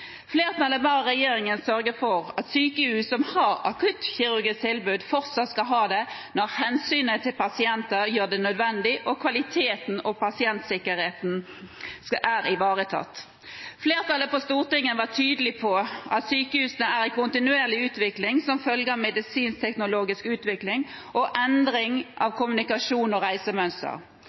Flertallet ba regjeringen sørge for at sykehus som har akuttkirurgisk tilbud, fortsatt skal ha det når hensynet til pasientene gjør det nødvendig og kvaliteten og pasientsikkerheten er ivaretatt. Flertallet på Stortinget var tydelig på at sykehusene er i kontinuerlig utvikling som følge av medisinsk-teknologisk utvikling og endring av kommunikasjons- og